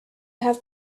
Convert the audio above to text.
have